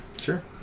Sure